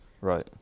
Right